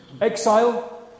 exile